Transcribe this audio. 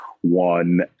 one